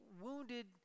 wounded